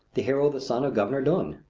the hero the son of governor dunne.